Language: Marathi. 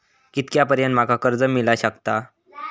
कितक्या पर्यंत माका कर्ज मिला शकता?